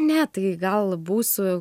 ne tai gal būsiu